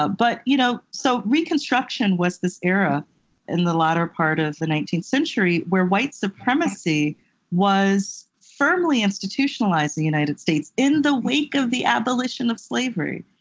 ah but you know so reconstruction was this era in the latter part of the nineteenth century where white supremacy was firmly institutionalized in the united states in the wake of the abolition of slavery.